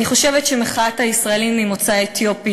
אני חושבת שמחאת הישראלים ממוצא אתיופי